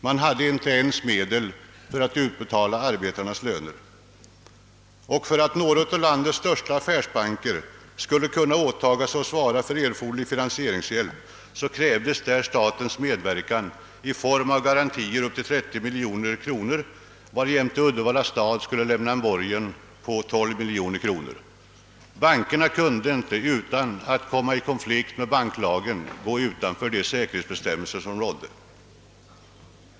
Man hade inte ens medel för att utbetala arbetarnas löner. För att några av landets största affärsbanker skulle kunna åta sig att svara för erforderlig finansieringshjälp krävdes statens medverkan i form av garantier upp till 30 miljoner kronor, varjämte Uddevalla stad skulle lämna borgen på 10 miljoner kronor. Bankerna kunde inte, utan att komma i konflikt med banklagen, gå utanför de säkerhetsbestämmelser som gällde.